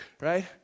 right